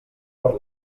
per